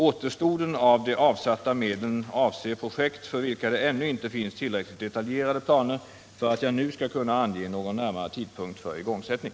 Återstoden av de avsatta medlen avser projekt för vilka det ännu inte finns tillräckligt detaljerade planer för att jag nu skall kunna ange någon närmare tidpunkt för igångsättning.